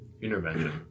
Intervention